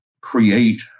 create